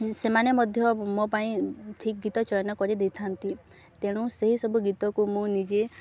ସେମାନେ ମଧ୍ୟ ମୋ ପାଇଁ ଠିକ୍ ଗୀତ ଚୟନ କରି ଦେଇଥାନ୍ତି ତେଣୁ ସେହି ସବୁ ଗୀତକୁ ମୁଁ ନିଜେ